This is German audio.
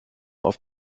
auf